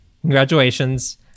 congratulations